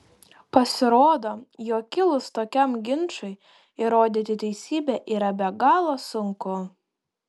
pasirodo jog kilus tokiam ginčui įrodyti teisybę yra be galo sunku